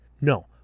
No